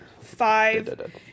Five